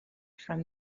from